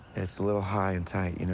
it's a little high and tight, you know